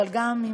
אבל גם,